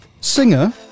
singer